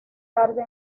tarde